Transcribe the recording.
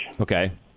Okay